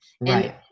Right